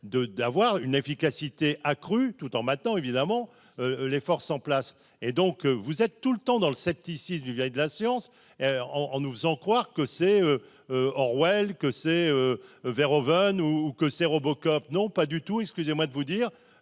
d'avoir une efficacité accrue tout en maintenant, évidemment, les forces en place et donc, vous êtes tout le temps dans le scepticisme du vieille de la séance en en nous faisant croire que c'est Orwell que c'est vers Owen ou que c'est Robocop non pas du tout, excusez-moi de vous dire,